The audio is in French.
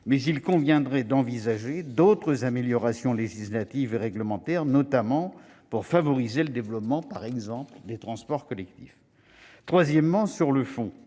il conviendrait d'envisager d'autres évolutions législatives et réglementaires, notamment pour favoriser le développement des transports collectifs. Enfin, sur le fond,